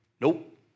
nope